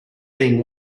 being